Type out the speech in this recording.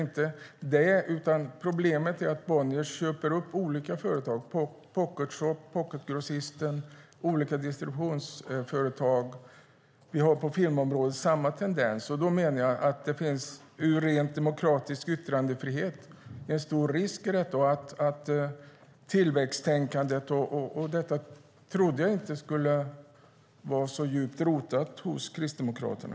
Problemet är dock att Bonniers köper upp olika företag: Pocket Shop, Pocketgrossisten och olika distributionsföretag. På filmområdet finns samma tendens. Jag menar att det ur demokratisk yttrandefrihetssynpunkt finns en stor risk i detta. Jag trodde inte att tillväxttänkandet var så djupt rotat hos Kristdemokraterna.